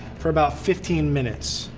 for about fifteen minutes.